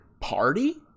party